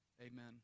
Amen